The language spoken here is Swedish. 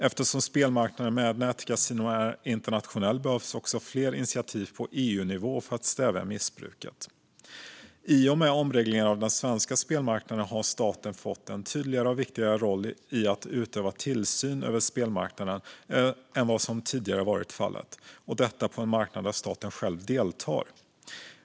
Eftersom spelmarknaden med nätkasinon är internationell behövs också fler initiativ på EU-nivå för att stävja missbruket. I och med omregleringen av den svenska spelmarknaden har staten fått en tydligare och viktigare roll i att utöva tillsyn över spelmarknaden än vad som tidigare har varit fallet, och detta på en marknad där staten själv deltar.